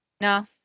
No